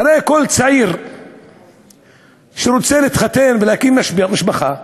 הרי כל צעיר שרוצה להתחתן ולהקים משפחה,